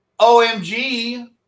OMG